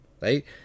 right